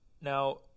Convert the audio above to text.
Now